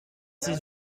ses